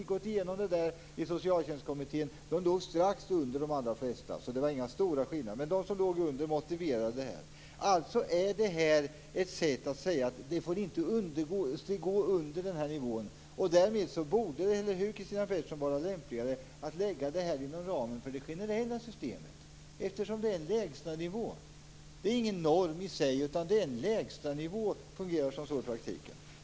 Jag gick igenom detta i Socialtjänstkommittén och fann att de låg strax under de allra flesta. Det var alltså inga stora skillnader, och de som låg under normen angav en motivering för detta. Införandet av normen var ett sätt att säga att man inte får lägga sig under den angivna nivån. Eftersom detta är en lägsta nivå skulle det - eller hur, Christina Pettersson - vara lämpligare att lägga det här inom ramen för det generella systemet. Det är inte i sig fråga om en norm, utan det fungerar i praktiken som en lägsta nivå.